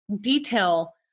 detail